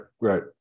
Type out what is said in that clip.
Right